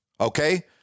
okay